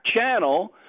channel